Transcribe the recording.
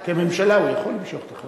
כממשלה הוא יכול למשוך את החוק.